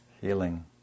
Healing